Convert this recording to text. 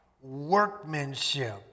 workmanship